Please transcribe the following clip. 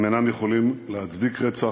הם אינם יכולים להצדיק רצח,